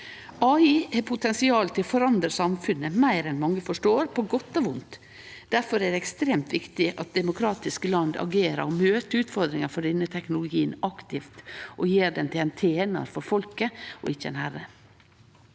KI har potensial til å forandre samfunnet meir enn mange forstår, på godt og vondt. Difor er det ekstremt viktig at demokratiske land agerer og møter utfordringar frå denne teknologien aktivt og gjer han til ein tenar for folket og ikkje ein herre.